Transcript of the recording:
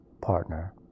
partner